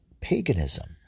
paganism